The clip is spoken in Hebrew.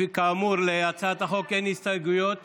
כאמור, להצעת החוק לא הוגשו הסתייגויות,